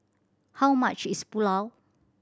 how much is Pulao